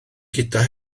gyda